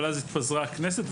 ואז התפזרה הכנסת,